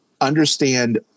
understand